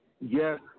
yes